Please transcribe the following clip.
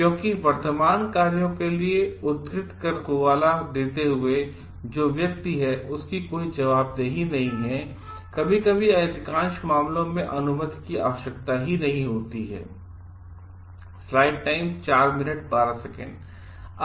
क्योंकि वर्तमान कार्यों के लिए उद्धृत हवाला देते हुए जो व्यक्ति है उसकी कोई जवाबदेही नहीं है कभी कभी अधिकांश मामलों में अनुमति की आवश्यकता नहीं होती है भी